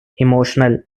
emotional